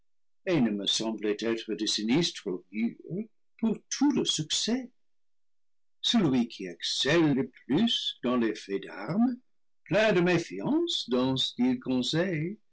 me semblait être de sinistre augure pour tout le succès celui qui excelle le plus dans les faits d'armes plein de mé fiance dans ce qu'il conseille